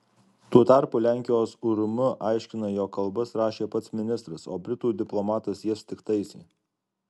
tuo tarpu lenkijos urm aiškina jog kalbas rašė pat ministras o britų diplomatas jas tik taisė